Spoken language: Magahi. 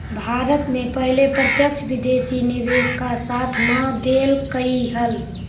भारत ने पहले प्रत्यक्ष विदेशी निवेश का साथ न देलकइ हल